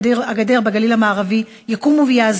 שאין בו סיכון ביטחוני כמו בחניתה וכמו ביתר היישובים בגליל המערבי.